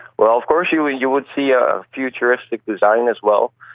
well, of course you and you would see a futuristic design as well,